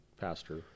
pastor